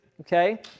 Okay